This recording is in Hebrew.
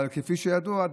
אבל כפי שידוע,